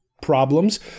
problems